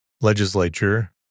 legislature